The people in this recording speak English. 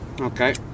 Okay